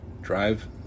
drive